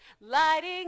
lighting